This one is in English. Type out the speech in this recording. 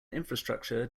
infrastructure